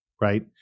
right